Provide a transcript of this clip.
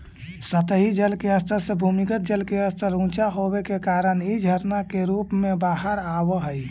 सतही जल के स्तर से भूमिगत जल के स्तर ऊँचा होवे के कारण इ झरना के रूप में बाहर आवऽ हई